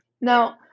Now